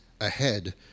ahead